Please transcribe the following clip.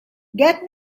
get